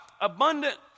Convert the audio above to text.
abundant